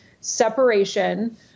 separation